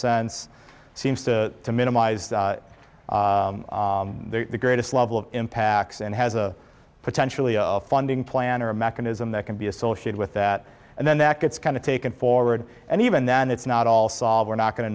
sense seems to minimize the greatest level of impacts and has a potentially a funding plan or a mechanism that can be associated with that and then that gets kind of taken forward and even then it's not all solved we're not going to